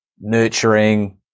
nurturing